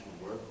work